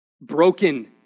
broken